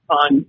on